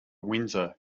windsor